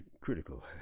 critical